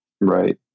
right